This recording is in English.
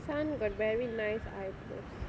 sun got very nice eyebrows